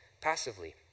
passively